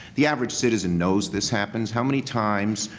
the average citizen knows this happens. how many times,